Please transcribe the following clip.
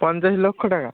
পঞ্চাশ লক্ষ টাকা